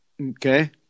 okay